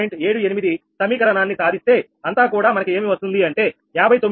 78 సమీకరణాన్ని సాధిస్తే అంతా కూడా మనకు ఏమి వస్తుంది అంటే 59